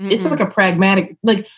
it's like a pragmatic look.